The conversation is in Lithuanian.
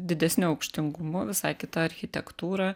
didesniu aukštingumu visai kita architektūra